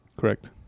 Correct